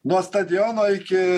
nuo stadiono iki